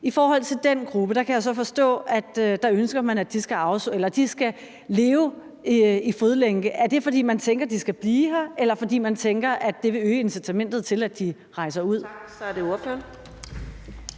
I forhold til den gruppe kan jeg så forstå, at der ønsker Enhedslisten, at de skal leve i fodlænke. Er det, fordi man tænker, de skal blive her, eller fordi man tænker, at det vil øge incitamentet til, at de rejser ud?